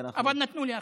אבל נתנו לאחרים.